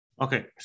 Okay